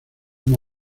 una